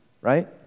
right